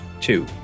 Two